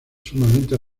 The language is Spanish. sumamente